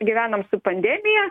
gyvenam su pandemija